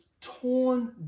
torn